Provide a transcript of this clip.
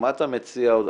מה אתה מציע עוד?